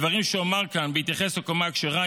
הדברים שאומר כאן בהתייחס לקומה הכשרה,